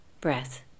breath